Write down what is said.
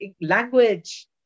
language